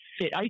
fit –